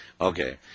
Okay